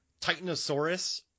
Titanosaurus